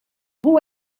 who